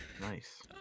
nice